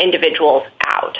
individuals out